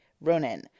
Ronan